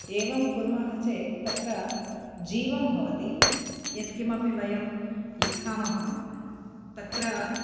एवं कुर्मः चेत् तत्र जीवः भवति यक्तिमपि वयं लिखामः तत्र